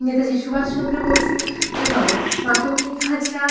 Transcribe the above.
নেতাজি সুভাষচন্দ্র বসু এবং মাতঙ্গিনী হাজরা